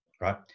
Right